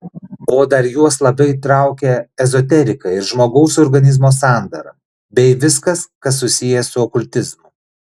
o dar juos labai traukia ezoterika ir žmogaus organizmo sandara bei viskas kas susiję su okultizmu